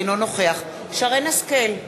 אינו נוכח שרן השכל,